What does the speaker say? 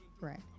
right